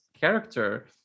character